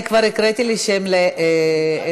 אני כבר הצגתי את החוק,